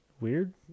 weird